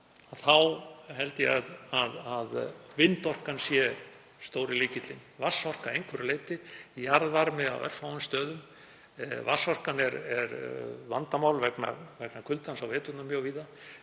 held ég að vindorkan sé stóri lykillinn, vatnsorka að einhverju leyti og jarðvarmi á örfáum stöðum. Vatnsorkan er vandamál vegna kuldans á veturna mjög víða